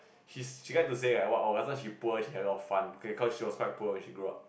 she's she like to say like what last time she poor she had a lot of fun okay cause she was poor when she grew up